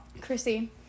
Chrissy